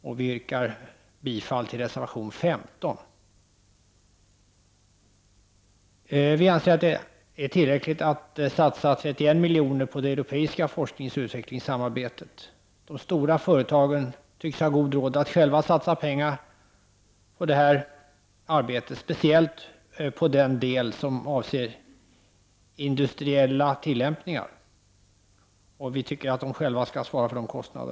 Jag yrkar bifall till reservation 15. Vi anser att det är tillräckligt att man satsar 31 milj.kr. på det europeiska forskningsoch utvecklingssamarbetet. De stora företagen tycks ha god råd att själva satsa pengar på detta arbete, speciellt på den del som avser industriella tillämpningar. Och vi anser att företagen själva skall svara för dessa kostnader.